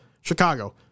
Chicago